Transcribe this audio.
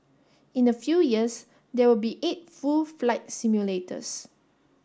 in a few years there will be eight full flight simulators